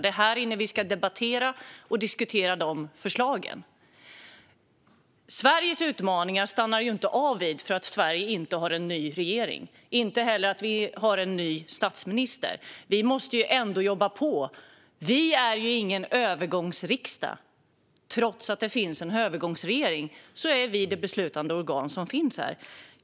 Det är här inne som vi ska debattera och diskutera våra förslag. Sveriges utmaningar stannar ju inte av för att Sverige inte har en ny regering. De stannar inte heller av för att vi inte har en ny statsminister. Vi måste ändå jobba på. Vi är ingen övergångsriksdag. Trots att det finns en övergångsregering är vi det beslutande organ som finns här.